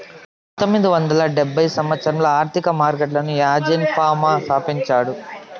పంతొమ్మిది వందల డెబ్భై సంవచ్చరంలో ఆర్థిక మార్కెట్లను యాజీన్ ఫామా స్థాపించాడు